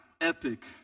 epic